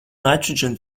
nitrogen